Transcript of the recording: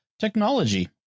technology